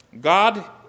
God